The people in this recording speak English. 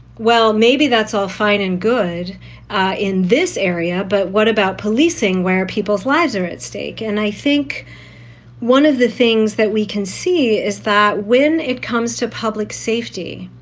well, maybe that's all fine and good in this area. but what about policing where people's lives are? at stake, and i think one of the things that we can see is that when it comes to public safety,